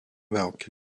welke